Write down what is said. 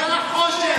אתה החושך.